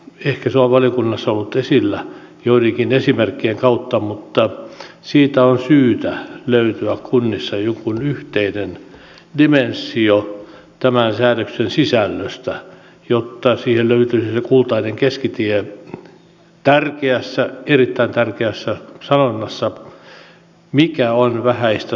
ehkä se on valiokunnassa ollut esillä joidenkin esimerkkien kautta mutta siitä on syytä löytyä kunnissa joku yhteinen dimensio tämän säädöksen sisällöstä jotta siihen löytyisi se kultainen keskitie tärkeässä erittäin tärkeässä sanonnassa mikä on vähäistä suurempi